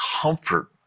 comfort